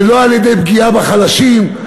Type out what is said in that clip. ולא על-ידי פגיעה בחלשים,